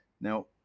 now